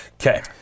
Okay